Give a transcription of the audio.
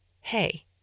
Hey